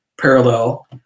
parallel